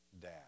dad